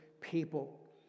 people